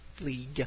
League